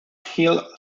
hill